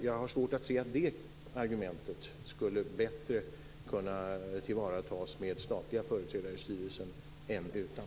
Jag har svårt att se att det argumentet bättre skulle tillvaratas med statliga företrädare i styrelsen än utan.